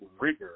rigor